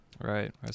Right